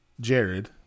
Jared